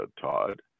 Todd